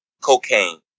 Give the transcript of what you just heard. cocaine